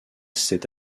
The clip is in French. cette